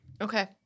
Okay